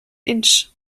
inch